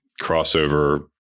crossover